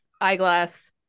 eyeglass